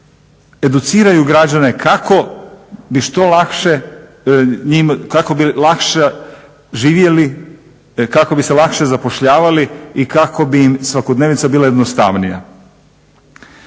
educiraju građane kako bi se lakše živjeli kako bi se lakše zapošljavali i kako bi im svakodnevnica bila jednostavnija.